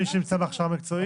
למי שנמצא בהכשרה מקצועית?